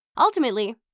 Ultimately